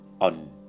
on